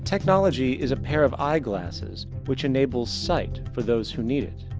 technology is a pair of eye glasses, which enables sight for those who need it.